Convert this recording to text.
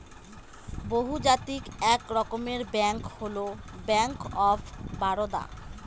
বহুজাতিক এক রকমের ব্যাঙ্ক হল ব্যাঙ্ক অফ বারদা